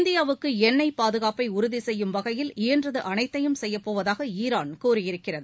இந்தியாவுக்கு எண்ணெய் பாதுகாப்பை உறுதி செய்யும் வகையில் இயன்றது அனைத்தையும் செய்யப்போவதாக ஈரான் கூறியிருக்கிறது